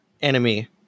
enemy